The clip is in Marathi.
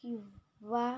किंवा